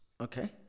Okay